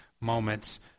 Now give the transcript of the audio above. moments